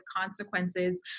consequences